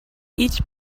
each